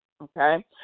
okay